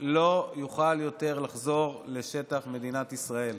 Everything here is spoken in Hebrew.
לא יוכל יותר לחזור לשטח מדינת ישראל.